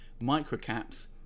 microcaps